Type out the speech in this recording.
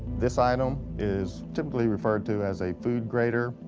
this item is typically referred to as a food grater,